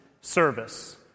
service